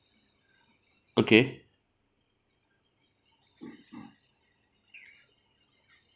okay